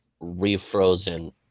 refrozen